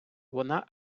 вона